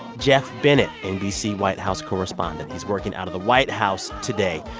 geoff bennett, nbc white house correspondent. he's working out of the white house today.